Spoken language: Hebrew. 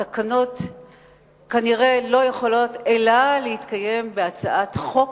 התקנות כנראה לא יכולות אלא להתקיים בהצעת חוק,